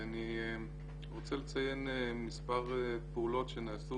אני רוצה לציין מספר פעולות שנעשו